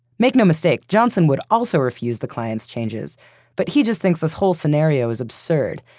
make no mistake, johnson would also refuse the client's changes but he just thinks this whole scenario is absurd.